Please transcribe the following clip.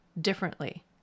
differently